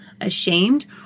ashamed